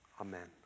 Amen